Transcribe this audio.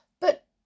But